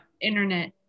Internet